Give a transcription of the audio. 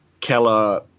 keller